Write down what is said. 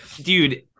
dude